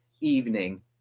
evening